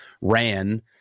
ran